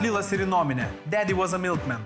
lilas ir inomine dedy vas a milkmen